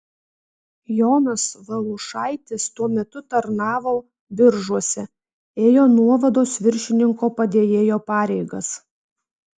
jonas valiušaitis tuo metu tarnavo biržuose ėjo nuovados viršininko padėjėjo pareigas